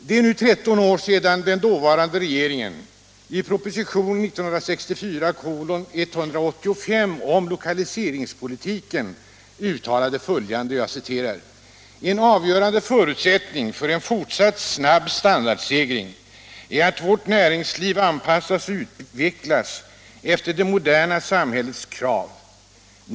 Det är nu 13 år sedan den dåvarande regeringen i proposition 1964:185 om lokaliseringspolitiken uttalade följande: ”En avgörande förutsättning för en fortsatt snabb standardstegring är att vårt näringsliv anpassas och utvecklas efter det moderna samhällets krav.